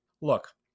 Look